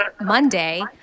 Monday